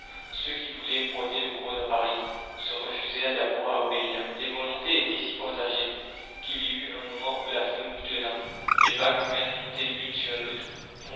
ceux qui voulaient porter le corps dans paris se refusèrent d'abord à obéir les volontés étaient si partagées qu'il y eut un moment où la foule moutonna les vagues humaines montaient l'une sur l'autre